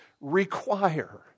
require